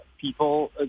people